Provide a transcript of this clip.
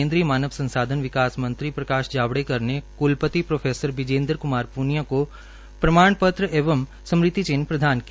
केन्द्रीय मानव संसाधन विकास मंत्री प्रकाश जावड़ेकर ने कुलपति प्रो विजेन्द्र कुमार पुनिया को प्रमाण पत्र एवं स्मृति चिन्ह प्रदान किया